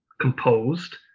composed